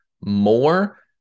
more